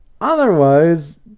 otherwise